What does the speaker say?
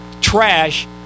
trash